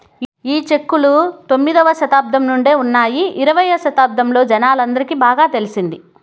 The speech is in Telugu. ఈ చెక్కులు తొమ్మిదవ శతాబ్దం నుండే ఉన్నాయి ఇరవై శతాబ్దంలో జనాలందరికి బాగా తెలిసింది